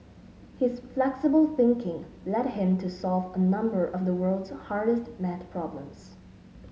his flexible thinking led him to solve a number of the world's hardest maths problems